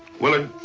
willard.